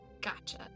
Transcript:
Gotcha